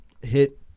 hit